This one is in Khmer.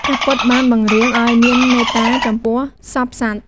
ព្រះពុទ្ធបានបង្រៀនឱ្យមានមេត្តាចំពោះសព្វសត្វ។